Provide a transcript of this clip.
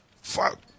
Fuck